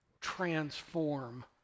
transform